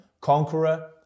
Conqueror